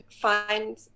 find